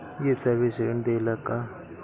ये सर्विस ऋण देला का?